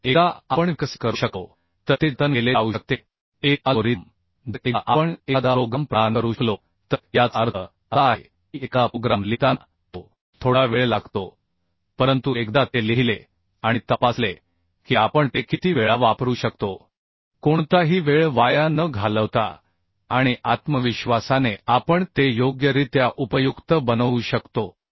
तर एकदा आपण विकसित करू शकलो तर ते जतन केले जाऊ शकते एक अल्गोरिदम जर एकदा आपण एखादा प्रोग्राम प्रदान करू शकलो तर याचा अर्थ असा आहे की एखादा प्रोग्राम लिहिताना तो थोडा वेळ लागतो परंतु एकदा ते लिहिले आणि तपासले की आपण ते किती वेळा वापरू शकतो कोणताही वेळ वाया न घालवता आणि आत्मविश्वासाने आपण ते योग्यरित्या उपयुक्त बनवू शकतो